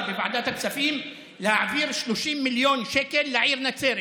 בוועדת הכספים להעביר 30 מיליון שקל לעיר נצרת,